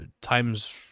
times